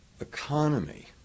economy